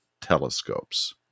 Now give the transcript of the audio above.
telescopes